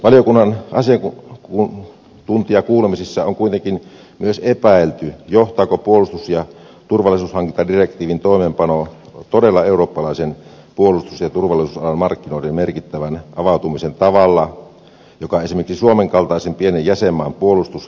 valiokunnan asiantuntijakuulemisissa on kuitenkin myös epäilty johtaako puolustus ja turvallisuushankintadirektiivin toimeenpano todella eurooppalaisten puolustus ja turvallisuusalan markkinoiden merkittävään avautumiseen tavalla josta esimerkiksi suomen kaltaisen pienen jäsenmaan puolustus